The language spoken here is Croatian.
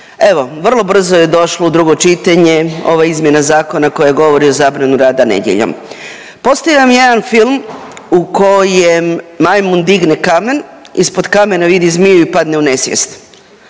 Evo, vrlo brzo je došlo u drugo čitanje ova izmjena zakona koja govori o zabrani rada nedjeljom. Postoji vam jedan film u kojem majmun digne kamen, ispod kamena vidi zmiju i padne u nesvijest